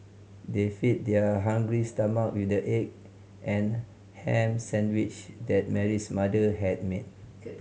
they fed their hungry stomachs with the egg and ham sandwiches that Mary's mother had made